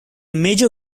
major